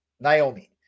Naomi